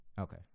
Okay